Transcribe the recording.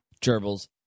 Gerbils